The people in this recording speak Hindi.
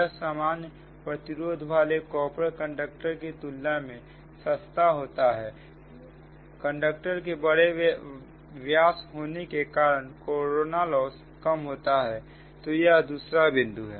यह सामान प्रतिरोध वाले कॉपर कंडक्टर की तुलना में सस्ता होता है कंडक्टर के बड़े व्यास होने के कारण कोरोना लॉस कम होता है तो यह दूसरा बिंदु है